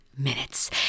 Minutes